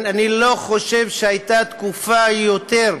אני לא חושב שהייתה תקופה יותר,